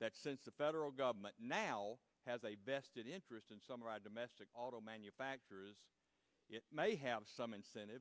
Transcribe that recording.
that the federal government now has a best interest and some raw domestic auto manufacturers may have some incentive